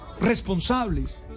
responsables